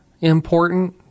important